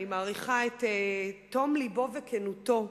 ואני מעריכה את תום לבו וכנותו.